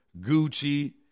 Gucci